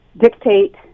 dictate